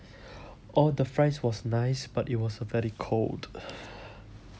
oh the fries was nice but it was very cold